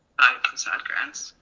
facade grants,